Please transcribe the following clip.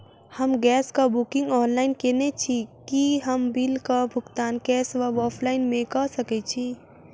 हम गैस कऽ booking online केने छी, की हम बिल कऽ भुगतान कैश वा ऑफलाइन मे कऽ सकय छी?